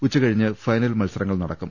ഉച്ചകഴിഞ്ഞ് ഫൈനൽ മത്സരങ്ങൾ നടക്കും